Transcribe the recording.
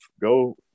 go